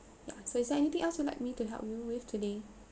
yeah so is there anything else you like me to help you with today